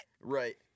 Right